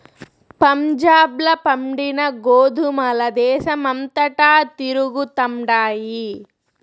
పంజాబ్ ల పండిన గోధుమల దేశమంతటా తిరుగుతండాయి